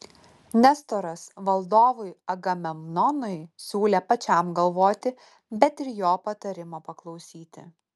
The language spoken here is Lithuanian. nestoras valdovui agamemnonui siūlė pačiam galvoti bet ir jo patarimo paklausyti